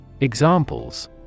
Examples